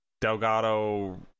Delgado